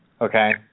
Okay